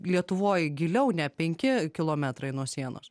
lietuvoj giliau ne penki kilometrai nuo sienos